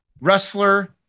wrestler